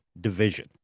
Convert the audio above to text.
division